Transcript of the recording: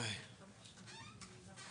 מה לדעתך